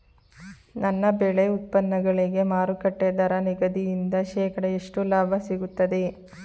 ನನ್ನ ಬೆಳೆ ಉತ್ಪನ್ನಗಳಿಗೆ ಮಾರುಕಟ್ಟೆ ದರ ನಿಗದಿಯಿಂದ ಶೇಕಡಾ ಎಷ್ಟು ಲಾಭ ಸಿಗುತ್ತದೆ?